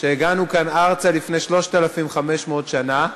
הגענו לכאן, ארצה, לפני 3,500 שנה,